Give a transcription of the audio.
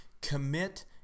Commit